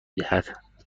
دهد